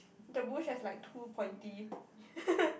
the bush has like two pointy